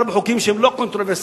בעיקר חוקים שהם לא קונטרוברסליים,